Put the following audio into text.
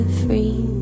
free